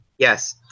Yes